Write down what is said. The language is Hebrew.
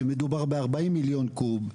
שמדובר ב-40 מיליון קוב,